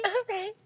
Okay